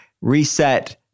reset